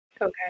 Okay